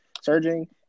surging